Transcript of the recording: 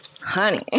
Honey